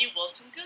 Wilson